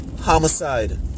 homicide